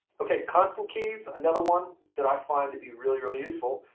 ok constant keys, another one that i find to be really, really useful.